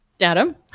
Adam